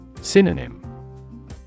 Synonym